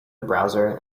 browser